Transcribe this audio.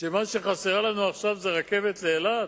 שמה שחסרה לנו עכשיו זאת רכבת לאילת?